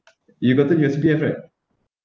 you've gotten your C_P_F right